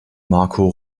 marco